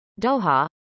Doha